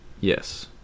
Yes